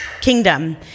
kingdom